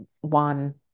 One